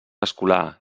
escolà